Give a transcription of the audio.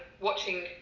watching